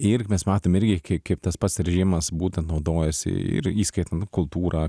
ir mes matom irgi kai kaip tas pats režimas būtent naudojasi ir įskaitant kultūrą